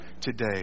today